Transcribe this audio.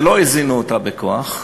ולא הזינו אותה בכוח.